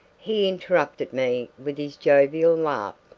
he interrupted me with his jovial laugh.